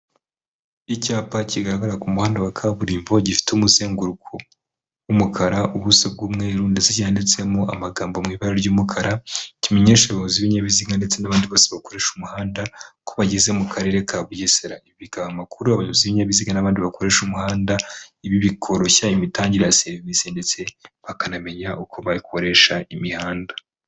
Icyapa kigaragara ku muhanda wa kaburimbo gifite umuzenguruko w'umukara ubuso bw'umweru ndetse cyanditsemo amagambo mu ibara ry'umukara kimenyesha abayobozi z'ibinyabiziga ndetse n'abandi bose bakoresha umuhanda ko bageze mu karere ka bugesera bikaha amakuru abayobozi b'ibinyabiziga n'abandi bakoresha umuhanda ibi bikoroshya imitangire ya serivisi ndetse bakanamenya uko bayikoresha imihanda.